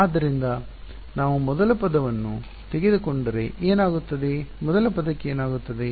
ಆದ್ದರಿಂದ ನಾವು ಮೊದಲ ಪದವನ್ನು ತೆಗೆದುಕೊಂಡರೆ ಏನಾಗುತ್ತದೆ ಮೊದಲ ಪದಕ್ಕೆ ಏನಾಗುತ್ತದೆ